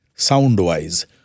sound-wise